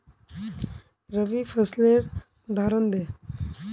रवि फसलेर उदहारण दे?